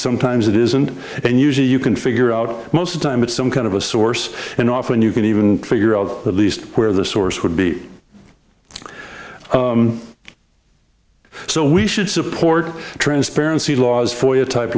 sometimes it isn't and usually you can figure out most the time it's some kind of a source and often you can even figure of at least where the source would be so we should support transparency laws for the type